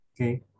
Okay